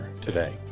today